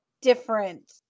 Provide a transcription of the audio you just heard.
different